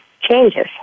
changes